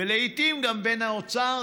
ולעיתים גם בין האוצר,